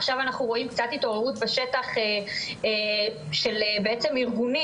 עכשיו אנחנו רואים קצת התעוררות בשטח של בעצם ארגונים,